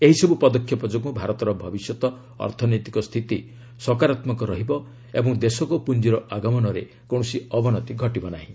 ଏହିସବୁ ପଦକ୍ଷେପ ଯୋଗୁଁ ଭାରତର ଭବିଷ୍ୟତ ଅର୍ଥନୈତିକ ସ୍ଥିତି ସକାରାତ୍ମକ ରହିବ ଓ ଦେଶକୁ ପୁଞ୍ଜିର ଆଗମନରେ କୌଣସି ଅବନତି ଘଟିବ ନାହିଁ